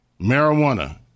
marijuana